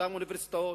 באותן אוניברסיטאות,